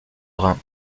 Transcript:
rhin